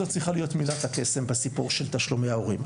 זו צריכה להיות מילת הקסם בסיפור של תשלומי ההורים.